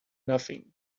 nothing